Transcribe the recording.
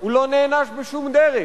הוא לא נענש בשום דרך.